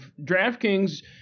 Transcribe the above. DraftKings –